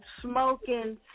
smoking